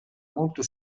molto